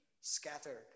scattered